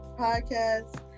podcast